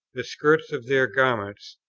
the skirts of their garments,